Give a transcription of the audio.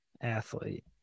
Athlete